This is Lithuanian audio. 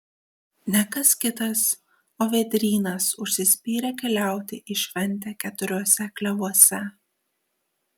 ne kas kitas o vėdrynas užsispyrė keliauti į šventę keturiuose klevuose